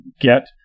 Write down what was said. get